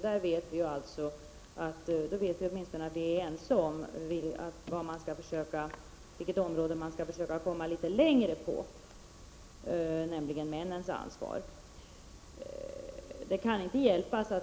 Nu vet vi åtminstone att vi är ense om på vilket område man skall försöka att komma litet längre, nämligen vad gäller männens ansvar.